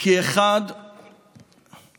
כי היו